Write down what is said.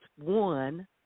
one